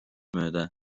mööda